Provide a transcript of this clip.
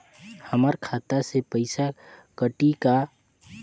हमर खाता से पइसा कठी का?